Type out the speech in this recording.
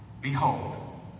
Behold